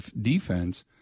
defense